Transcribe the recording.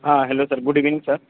ہاں hello sir good evening سر